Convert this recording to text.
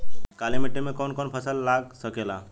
काली मिट्टी मे कौन कौन फसल लाग सकेला?